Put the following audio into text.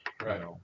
Right